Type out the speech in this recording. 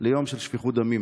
ליום של שפיכות דמים.